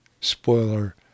Spoiler